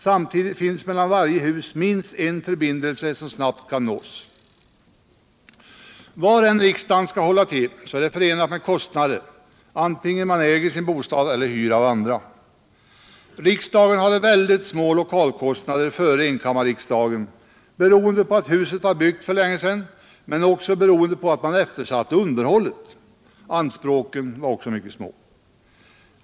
Samtidigt finns mellan varje hus minst en förbindelseväg som snabbt kan nås. Var än riksdagen skall hålla till är det förenat med kostnader, vare sig man äger sin bostad eller hyr av andra. Riksdagen hade väldigt små lokalkostnader före enkammarriksdagen, beroende på att huset var byggt för länge sedan men också på att man eftersatte underhållet. Anspråken var därtill mycket små.